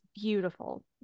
beautiful